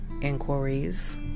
inquiries